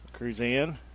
Cruzan